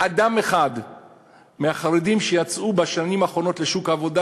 אדם אחד מהחרדים שיצא בשנים האחרונות לשוק העבודה,